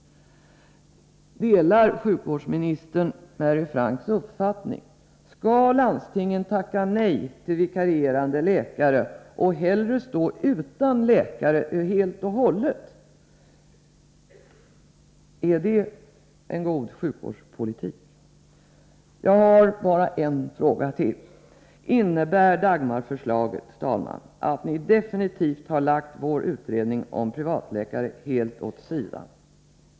Delar sjukvårdsministern Mary Franks uppfattning? Skall landstingen tacka nej till vikarierande läkare och hellre stå utan läkare helt och hållet? Är det en god sjukvårdspolitik? Jag har bara en fråga till: Innebär Dagmarförslaget, herr talman, att ni definitivt har lagt vår utredning om privatläkare helt åt sidan?